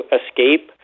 escape